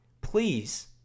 please